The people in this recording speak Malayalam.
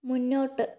മുന്നോട്ട്